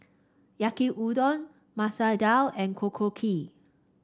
Yaki Udon Masoor Dal and Korokke